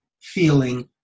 feeling